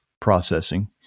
processing